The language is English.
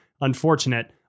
unfortunate